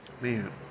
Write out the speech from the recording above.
man